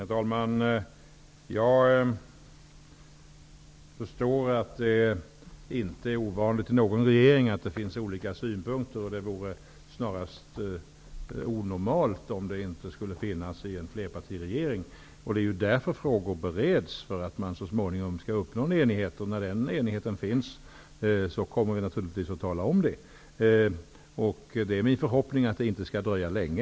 Herr talman! Jag förstår att det inte är ovanligt i någon regering att det finns olika synpunkter. Det vore snarast onormalt om det inte skulle finnas i en flerpartiregering. Det är därför som frågor bereds, för att man så småningom skall uppnå en enighet. När den enigheten finns, kommer vi naturligtvis att tala om det. Det är min förhoppning att det inte skall dröja länge.